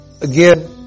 again